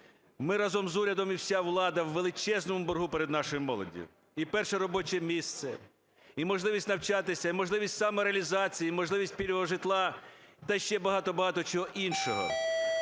Ми разом з урядом і вся влада в величезному боргу перед нашою молоддю: і перше робоче місце, і можливість навчатися, і можливість самореалізації, і можливість пільгового житла та ще багато-багато чого іншого.